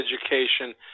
education